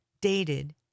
dated